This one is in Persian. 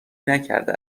نکرده